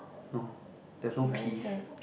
no there's no peas